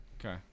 Okay